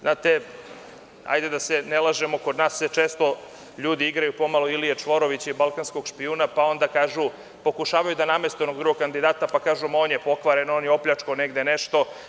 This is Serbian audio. Znate, hajde da se ne lažemo kod nas se ljudi često igraju Ilije Čvorovića i Balkanskog špijuna, pa onda kažu pokušavaju da nameste onog drugog kandidata, pa kažu – on je pokvaren, on je opljačkao negde nešto.